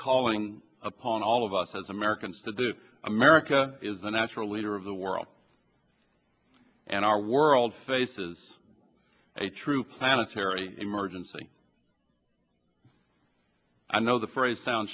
calling upon all of us as americans to do america is the natural leader of the world and our world faces a true planetary emergency i know the phrase